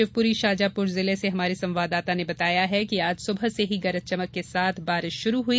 शिवपुरी शाजापुर जिले से हमारे संवाददाता ने बताया है कि आज सुबह से ही गरज चमक के साथ बारिश शुरू हुई